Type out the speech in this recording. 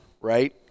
right